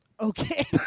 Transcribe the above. Okay